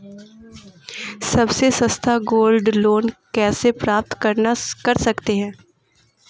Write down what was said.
सबसे सस्ता gold loan कैसे प्राप्त कर सकते हैं?